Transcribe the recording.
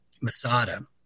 Masada